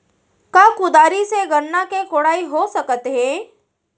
का कुदारी से गन्ना के कोड़ाई हो सकत हे?